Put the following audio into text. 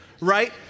right